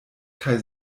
kaj